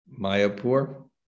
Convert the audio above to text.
Mayapur